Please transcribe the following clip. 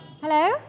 Hello